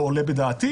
לא עולה בדעתי.